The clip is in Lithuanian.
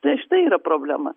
tai štai yra problema